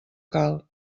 cal